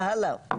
הלאה,